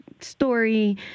story